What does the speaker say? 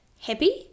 happy